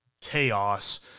chaos